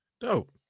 Dope